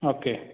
okay